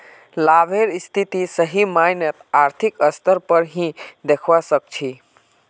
लाभेर स्थिति सही मायनत आर्थिक स्तर पर ही दखवा सक छी